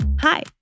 Hi